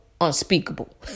unspeakable